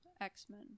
X-Men